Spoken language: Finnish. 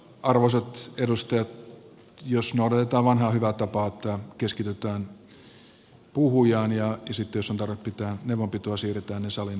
arvoisat edustajat jos noudatetaan vanhaa hyvää tapaa että keskitytään puhujaan ja sitten jos on tarve pitää neuvonpitoja siirretään ne salin ulkopuolelle